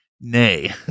Nay